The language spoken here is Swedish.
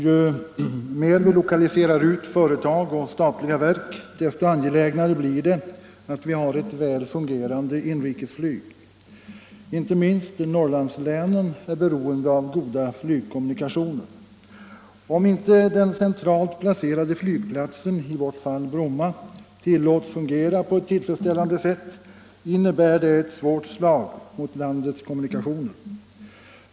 Ju mer vi lokaliserar ut företag och statliga verk, desto angelägnare blir det att vi har ett väl fungerande inrikesflyg. Inte minst Norrlandslänen är beroende av goda flygkommunikationer. Om inte den centralt placerade flygplatsen — i vårt fall Bromma - tillåts fungera på ett tillfredsställande sätt innebär det ett svårt slag mot landets kommunikationer.